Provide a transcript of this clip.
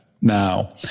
now